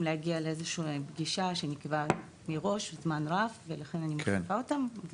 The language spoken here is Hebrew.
להגיע לפגישה אחרת שנקבעה מראש זמן רב ולכן אני מחליפה אותם,